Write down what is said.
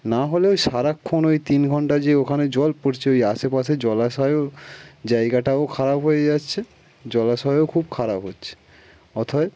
নাহলে ওই সারাক্ষণ ওই তিন ঘন্টা যে ওখানে জল পড়ছে ওই আশেপাশে জলাশয় জায়গাটাও খারাপ হয়ে যাচ্ছে জলাশয়েও খুব খারাপ হচ্ছে অথবা